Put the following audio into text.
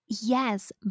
Yes